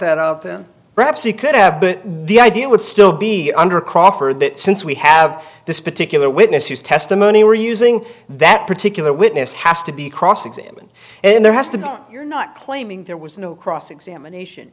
that out then perhaps you could have but the idea would still be under crawford that since we have this particular witness whose testimony were using that particular witness has to be cross examined and there has to be you're not claiming there was no cross examination